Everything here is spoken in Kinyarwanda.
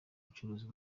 ibicuruzwa